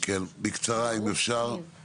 אם אפשר, בקצרה.